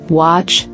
watch